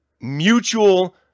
mutual